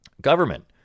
government